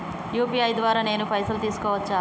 UPI ద్వారా నేను పైసలు తీసుకోవచ్చా?